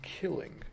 killing